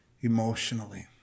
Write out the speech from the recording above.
emotionally